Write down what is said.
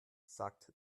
sagt